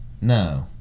No